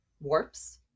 warps